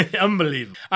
Unbelievable